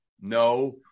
no